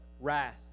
wrath